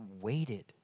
waited